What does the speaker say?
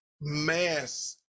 mass